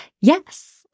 Yes